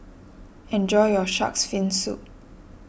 enjoy your Shark's Fin Soup